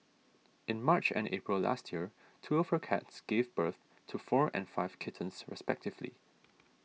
in March and April last year two of her cats gave birth to four and five kittens respectively